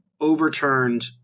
overturned